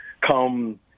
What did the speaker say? come